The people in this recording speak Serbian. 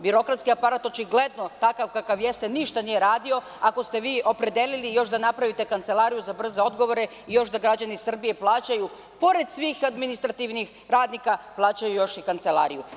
Birokratski aparat očigledno, takav kakav jeste, ništa nije radio ako te vi opredelili još da napravite kancelariju za brze odgovore i još da građani Srbije plaćaju, pored svih administrativnih radnika, i kancelariju.